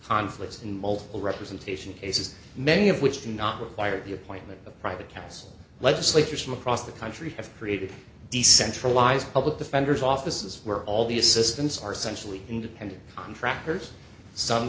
conflicts and multiple representation cases many of which do not require the appointment of private counsel legislators from across the country have created decentralized public defenders offices where all the assistants are centrally independent contractors some